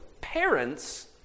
parents